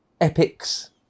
epics